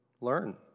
learn